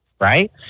right